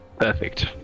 Perfect